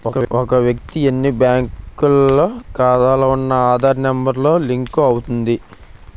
ఒక వ్యక్తి ఎన్ని బ్యాంకుల్లో ఖాతాలో ఉన్న ఆధార్ నెంబర్ తో లింక్ అవుతుంది